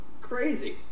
crazy